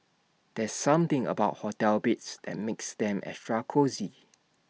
there's something about hotel beds that makes them extra cosy